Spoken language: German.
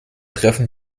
treffen